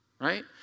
right